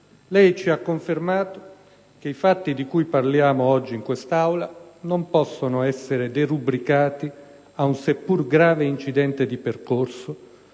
lei ci ha confermato che i fatti di cui parliamo oggi in quest'Aula non possono essere derubricati ad un seppur grave incidente di percorso,